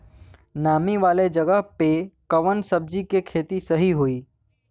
नामी वाले जगह पे कवन सब्जी के खेती सही होई?